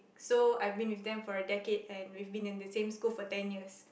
so I've been with them for a decade and we've been in the same school for ten years